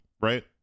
right